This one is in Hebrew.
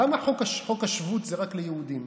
למה חוק השבות זה רק ליהודים?